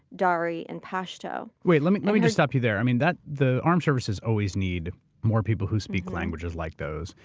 dari, and pashto. wait, let me let me just stop you there. i mean, the armed services always need more people who speak languages like those.